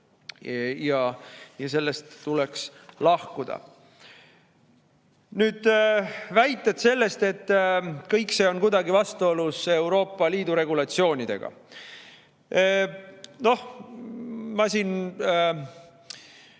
ja sellest tuleks lahkuda. Nüüd, väited selle kohta, et kõik see on kuidagi vastuolus Euroopa Liidu regulatsioonidega. No ma siin